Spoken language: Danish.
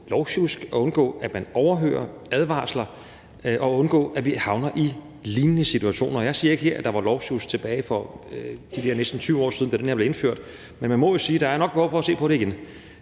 lovsjusk og undgå, at man overhører advarsler, og undgå, at vi havner i lignende situationer. Jeg siger ikke her, at der var lovsjusk tilbage for de der næsten 20 år siden, da det her blev indført, men man må jo sige, at der nok er behov for at se på det igen.